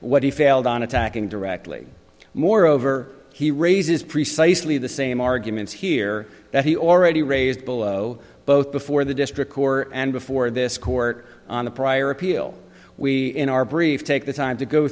what he failed on attacking directly moreover he raises precisely the same arguments here that he already raised below both before the district court and before this court on the prior appeal we in our brief take the time